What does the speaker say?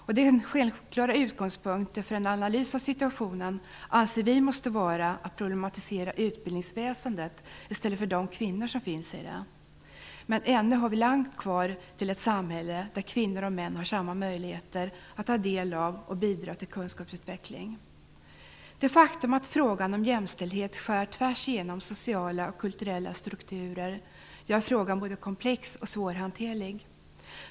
Vi anser att den självklara utgångspunkten för en analys av situationen måste vara att problematisera utbildningsväsendet i stället för de kvinnor som finns i det. Men ännu har vi långt kvar till ett samhälle där kvinnor och män har samma möjligheter att ta del av och bidra till kunskapsutveckling. Det faktum att frågan om jämställdhet skär tvärs igenom sociala och kulturella strukturer gör frågan både komplex och svårhanterlig.